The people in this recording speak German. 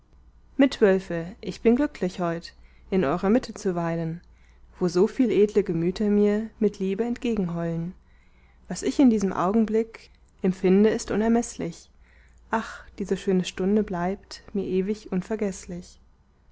mitwölfe ich bin glücklich heut in eurer mitte zu weilen wo soviel edle gemüter mir mit liebe entgegenheulen was ich in diesem augenblick empfinde ist unermeßlich ach diese schöne stunde bleibt mir ewig unvergeßlich